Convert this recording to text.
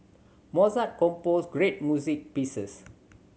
Mozart composed great music pieces